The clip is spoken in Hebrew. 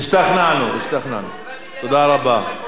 השתכנענו, תודה רבה.